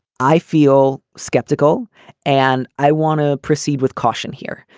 i feel skeptical and i want to proceed with caution here.